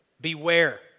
Beware